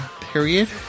Period